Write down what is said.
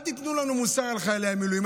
אל תיתנו לנו מוסר על חיילי המילואים.